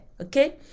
Okay